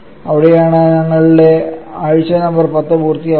അവിടെയാണ് ഞങ്ങളുടെ ആഴ്ച നമ്പർ 10 പൂർത്തിയാകുന്നത്